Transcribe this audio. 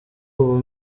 ubu